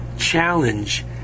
challenge